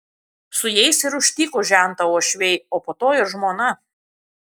su jais ir užtiko žentą uošviai o po to ir žmona